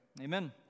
Amen